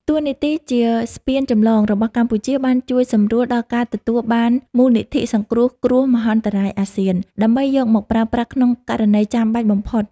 តួនាទីជាស្ពានចម្លងរបស់កម្ពុជាបានជួយសម្រួលដល់ការទទួលបានមូលនិធិសង្គ្រោះគ្រោះមហន្តរាយអាស៊ាន ដើម្បីយកមកប្រើប្រាស់ក្នុងករណីចាំបាច់បំផុត។